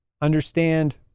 Understand